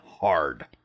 hard